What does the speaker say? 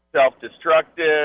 self-destructive